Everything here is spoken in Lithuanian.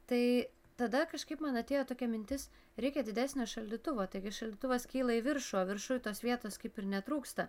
tai tada kažkaip man atėjo tokia mintis reikia didesnio šaldytuvo taigi šaldytuvas kyla į viršų o viršuj tos vietos kaip ir netrūksta